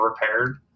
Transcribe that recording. repaired